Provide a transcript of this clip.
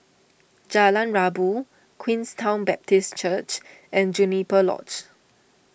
Jalan Rabu Queenstown Baptist Church and Juniper Lodge